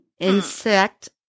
insect